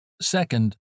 Second